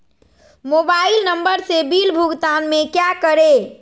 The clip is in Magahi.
मोबाइल नंबर से बिल भुगतान में क्या करें?